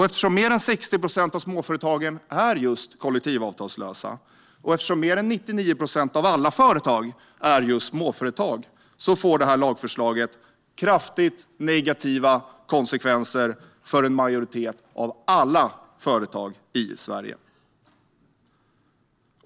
Eftersom mer än 60 procent av småföretagen är just kollektivavtalslösa, och eftersom mer än 99 procent av alla företag är just småföretag, får detta lagförslag kraftigt negativa konsekvenser för en majoritet av alla företag i Sverige.